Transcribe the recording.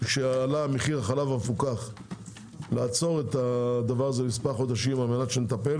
כשעלה מחיר החלב המפוקח לעצור את זה במספר חודשים כדי שנטפל,